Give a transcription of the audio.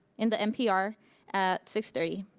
in the mpr at six thirty.